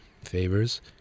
Favors